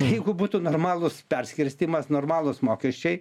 jeigu būtų normalus perskirstymas normalūs mokesčiai